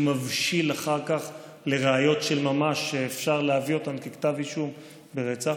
שמבשיל אחר כך לראיות של ממש שאפשר להביא אותן ככתב אישום ברצח,